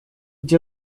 где